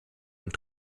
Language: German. und